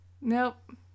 Nope